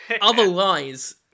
otherwise